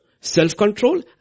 self-control